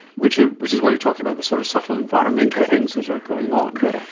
which ah which is what you're talking about, the sort of subtle environmental things that are going on. correct.